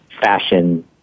fashion